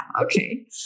Okay